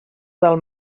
del